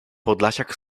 podlasiak